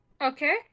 Okay